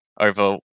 over